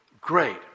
great